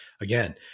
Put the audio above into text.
again